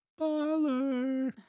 Baller